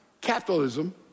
capitalism